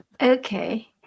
okay